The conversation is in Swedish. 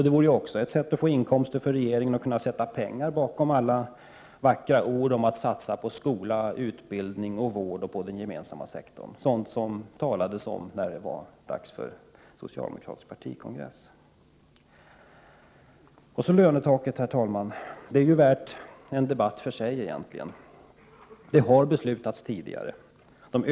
Ett annat sätt för regeringen att få inkomster vore att så att säga sätta pengar bakom alla vackra ord om satsningar på skolan, på utbildning, på vård och inom den gemensamma sektorn — dvs. sådant som det talades om när det var dags för socialdemokraternas partikongress. Sedan något om lönetaket, herr talman! Egentligen är det värt en debatt för sig. Beslut har tidigare fattats.